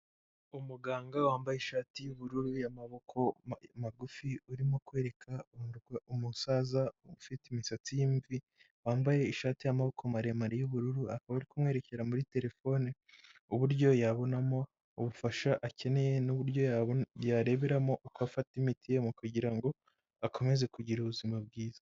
Umuganga wambaye ishati y'ubururu ya'amaboko magufi aririmo kwereka umusaza ufite imisatsi wambaye ishati y'amaboko maremare yubururu. Akaba ari kumwerekera muri terefone uburyo yabonamo ubufasha akeneye nuburyo yareberamo uko afata imiti kugirango akomeze kugira ubuzima bwiza.